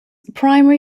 primary